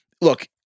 look